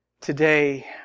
Today